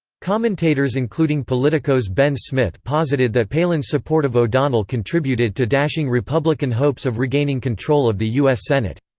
commentators including politico's ben smith posited that palin's support of o'donnell contributed to dashing republican hopes of regaining control of the u s. senate.